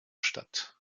statt